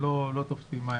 אבל הם לא מחזיקים מים.